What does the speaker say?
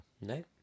No